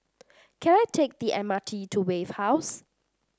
can I take the M R T to Wave House